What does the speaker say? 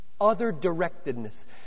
Other-directedness